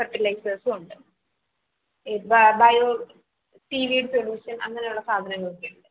ഫെർട്ടിലൈസേഴ്സും ഉണ്ട് ഇ ബ ബയോ പി വി സൊല്യൂഷൻ അങ്ങനെയുള്ള സാധനങ്ങൾ ഒക്കെയുണ്ട്